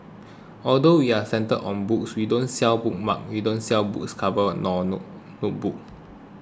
although we're centred on books we don't sell bookmark we don't sell books covers or notebook